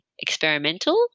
experimental